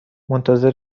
منتظر